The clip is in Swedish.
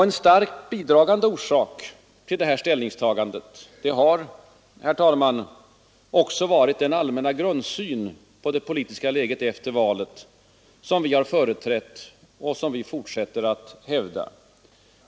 En starkt bidragande orsak till detta ställningstagande har, herr talman, också varit den allmänna grundsyn på det politiska läget efter valet som vi har företrätt och som vi fortsätter att hävda.